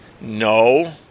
No